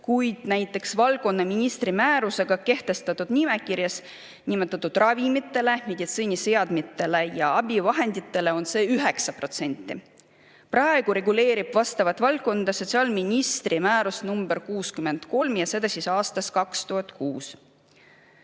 kuid näiteks valdkonna ministri määrusega kehtestatud nimekirjas nimetatud ravimitele, meditsiiniseadmetele ja abivahenditele on see 9%. Praegu reguleerib vastavat valdkonda sotsiaalministri määrus nr 63 ja seda aastast 2006.